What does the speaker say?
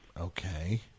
Okay